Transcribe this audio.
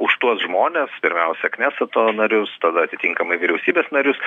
už tuos žmones pirmiausia kneseto narius tada atitinkamai vyriausybės narius